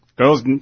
Girls